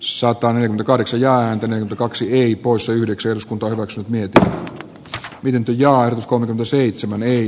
sopanen kahdeksan ja entinen kaksi ei poissa yhdeksän eduskunta hyväksyy niitä vienti ja uskonko seitsemän ei